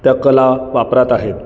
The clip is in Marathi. त्या कला वापरात आहेत